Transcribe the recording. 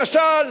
למשל: